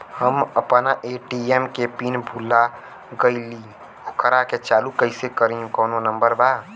हम अपना ए.टी.एम के पिन भूला गईली ओकरा के चालू कइसे करी कौनो नंबर बा?